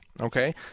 Okay